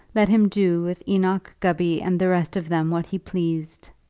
let him do with enoch gubby and the rest of them what he pleased!